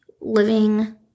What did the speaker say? living